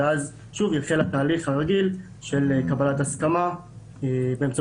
ואז שוב יתחיל התהליך הרגיל של קבלת הסכמה באמצעות